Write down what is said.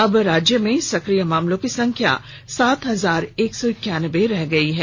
अब राज्य में सकिय मामलों की संख्या सात हजार एक सौ इक्यानबे रह गये हैं